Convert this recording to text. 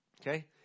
Okay